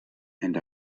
and